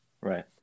Right